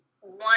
one